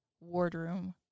wardroom